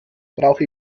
brauche